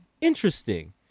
interesting